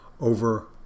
over